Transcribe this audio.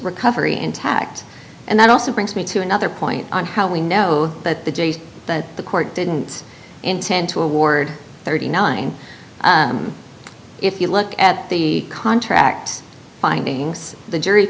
recovery intact and that also brings me to another point on how we know that the days that the court didn't intend to award thirty nine if you look at the contract findings the jury